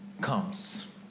comes